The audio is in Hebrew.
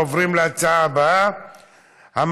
עוברים להצעה הבאה בסדר-היום,